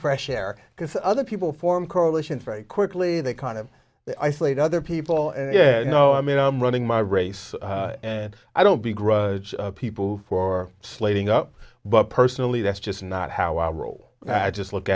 fresh air because other people form coalitions very quickly they kind of isolate other people and yeah you know i mean i'm running my race and i don't begrudge people for slating up but personally that's just not how i roll i just look